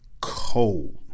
Cold